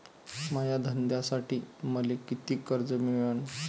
माया धंद्यासाठी मले कितीक कर्ज मिळनं?